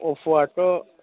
अप्प'आथ'